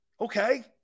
okay